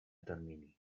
termini